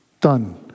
Done